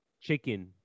chicken